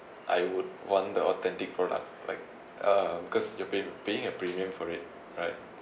I would want the authentic product like uh because you're paying paying a premium for it right